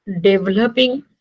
developing